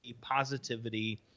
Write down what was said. positivity